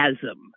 chasm